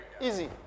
Easy